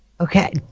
Okay